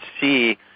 see